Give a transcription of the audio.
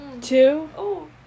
two